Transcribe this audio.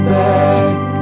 back